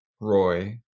Roy